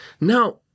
Now